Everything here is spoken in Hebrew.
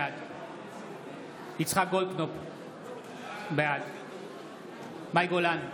בעד יצחק גולדקנופ, בעד מאי גולן,